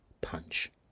Punch